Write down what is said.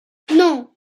non